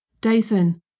Dathan